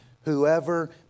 whoever